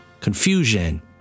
confusion